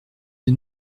une